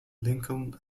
lincoln